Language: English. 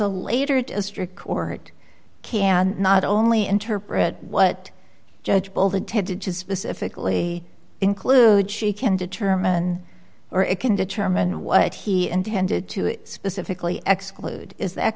district court can not only interpret what judge bolitho tended to specifically include she can determine or it can determine what he intended to specifically exclude is that